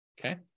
Okay